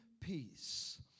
peace